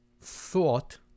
thought